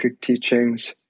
teachings